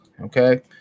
Okay